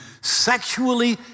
Sexually